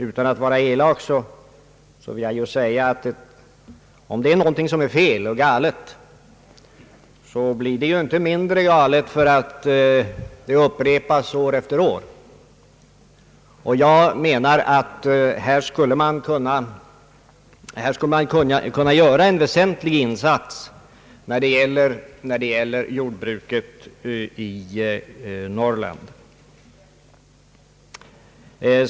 Utan att vara elak vill jag påpeka att om något i vårt samhälle är fel och galet så blir det inte mindre galet för att det upprepas år efter år. Jag anser att man här skulle kunna göra en väsentlig insats när det gäller jordbruket i Norrland.